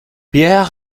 pierre